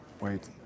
wait